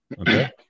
Okay